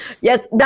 Yes